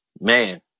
man